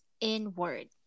inward